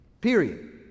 Period